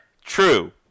True